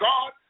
God